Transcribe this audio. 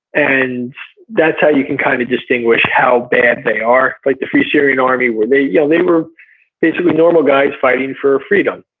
and that's how you can kind of distinguish how bad they are. like the free syrian army, they yeah they were basically normal guys fighting for freedom.